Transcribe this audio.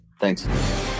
thanks